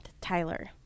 Tyler